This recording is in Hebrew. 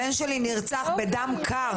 הבן שלי נרצח בדם קר.